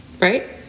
Right